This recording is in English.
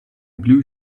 blue